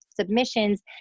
submissions